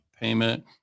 payment